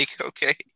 okay